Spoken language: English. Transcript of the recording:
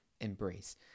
embrace